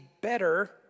better